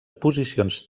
posicions